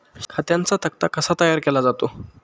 खात्यांचा तक्ता कसा तयार केला जातो?